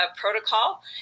protocol